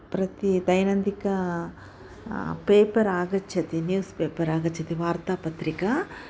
प्रति दैनन्दिनं पेपर् आगच्छति न्यूस् पेपर् आगच्छति वार्तापत्रिका